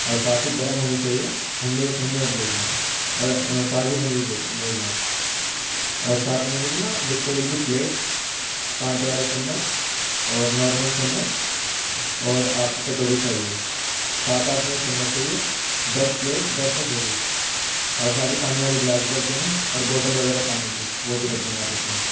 اور ساتھ ہی گرم ہونی چاہیے ٹھنڈی ٹھنڈی مت بھیجنا اور تازی بنی ہوئی بھیجنا اور ساتھ ہی مجھے جو ہے نا ڈسپوزل کی پلیٹ کانٹے والے چمچ اور نارمل چمچ اور آپ کی کٹوری چاہیے سات آٹھ مجھے چمچ چاہیے دس پلیٹ دس کٹوری اور ساتھ ہی پانی والے گلاس بھی رکھ دینا اور باٹل وغیرہ پانی کی وہ بھی رکھ دینا آپ اس میں